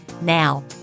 Now